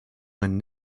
when